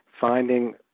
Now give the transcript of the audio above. finding